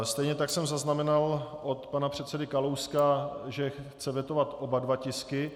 Stejně tak jsem zaznamenal od pana předsedy Kalouska, že chce vetovat oba dva tisky.